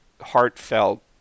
heartfelt